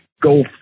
go